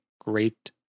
great